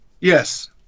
Yes